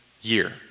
year